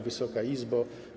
Wysoka Izbo!